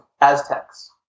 Aztecs